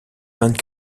vingt